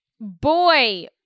boy